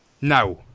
now